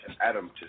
Adam